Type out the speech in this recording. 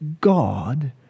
God